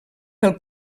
pel